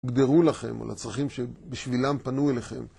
הוגדרו לכם או לצרכים שבשבילם פנו אליכם.